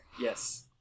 Yes